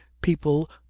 People